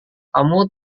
kamu